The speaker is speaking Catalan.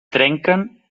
trenquen